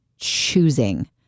choosing